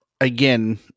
Again